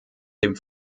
dem